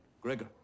Gregor